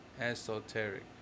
esoteric